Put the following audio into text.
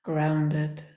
Grounded